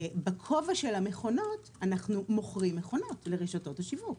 בכובע של המכונות אנחנו מוכרים מכונות לרשתות השיווק.